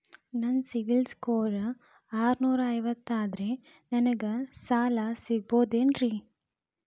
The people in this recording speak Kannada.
ನನ್ನ ಸಿಬಿಲ್ ಸ್ಕೋರ್ ಆರನೂರ ಐವತ್ತು ಅದರೇ ನನಗೆ ಸಾಲ ಸಿಗಬಹುದೇನ್ರಿ?